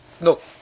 look